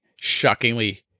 shockingly